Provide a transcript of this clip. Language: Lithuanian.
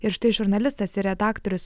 ir štai žurnalistas ir redaktorius